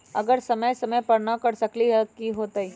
अगर समय समय पर न कर सकील त कि हुई?